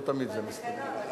לא תמיד זה מסתדר.